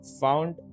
found